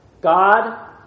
God